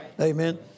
Amen